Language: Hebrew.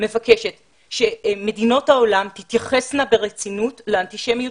מבקשת שמדינות העולם תתייחסנה ברצינות לאנטישמיות